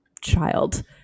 child